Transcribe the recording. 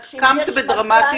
את קמת בדרמטיות,